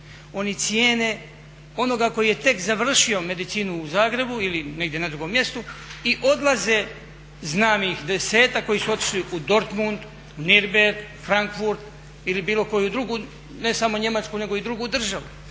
oni cijene onoga koji je tek završio medicinu u Zagrebu ili negdje na drugom mjestu i odlaze, znam ih 10-ak koji su otišli u Dortmund, u Nürnberg, Frankfurt ili bilo koju drugu ne samo Njemačku nego i drugu državu